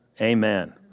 Amen